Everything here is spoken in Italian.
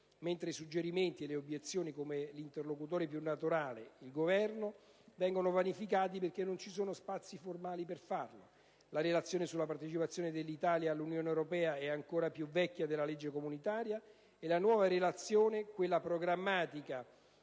mentre i suggerimenti e le obiezioni con l'interlocutore più naturale, il Governo, vengono vanificati perché non ci sono spazi formali per farlo: la Relazione sulla partecipazione dell'Italia all'Unione europea è ancora più vecchia della legge comunitaria, e la nuova relazione, quella programmatica